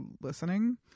listening